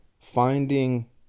Finding